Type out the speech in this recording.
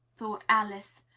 thought alice.